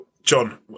John